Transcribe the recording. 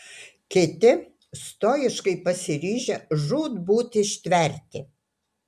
kiti stoiškai pasiryžę žūtbūt ištverti